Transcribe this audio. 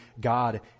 God